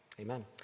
Amen